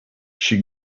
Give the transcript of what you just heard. she